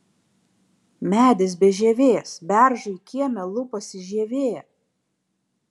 medis be žievės beržui kieme lupasi žievė